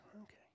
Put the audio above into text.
Okay